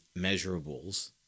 measurables